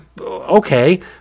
Okay